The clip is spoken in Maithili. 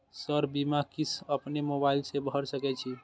सर बीमा किस्त अपनो मोबाईल से भर सके छी?